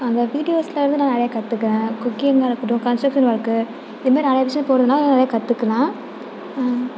அந்த வீடியோஸ்சில் இருந்து நான் நிறையா கற்றுக்கிறேன் குக்கிங்காக இருக்கட்டும் கன்ஸ்ட்ரெக்ஷன் ஒர்க்கு இது மாதிரி நிறையா விஷயம் போடுறதுனால நான் நிறையா கற்றுக்குனேன்